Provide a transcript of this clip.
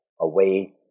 away